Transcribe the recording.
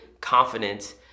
confidence